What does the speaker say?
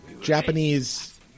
Japanese